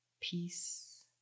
peace